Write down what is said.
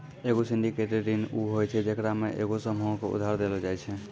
एगो सिंडिकेटेड ऋण उ होय छै जेकरा मे एगो समूहो के उधार देलो जाय छै